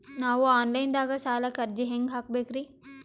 ನಾವು online ದಾಗ ಸಾಲಕ್ಕ ಅರ್ಜಿ ಹೆಂಗ ಹಾಕಬೇಕ್ರಿ?